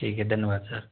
ठीक है धन्यवाद सर